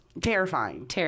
terrifying